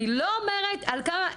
אני לא אומרת על כמה,